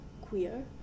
queer